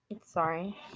Sorry